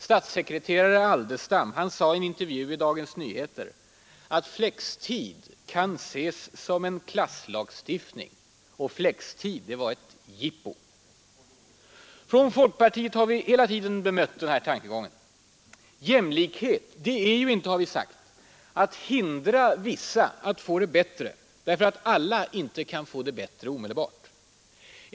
Statssekreterare Aldestam sade i en intervju i Dagens Nyheter att flextid kunde ses som en ”klasslagstiftning” och var ett ”jippo”. Från folkpartiet har vi hela tiden bemött den här tankegången. Jämlikhet är ju inte, har vi sagt, att hindra vissa att få det bättre därför att alla inte kan få det bättre omedelbart.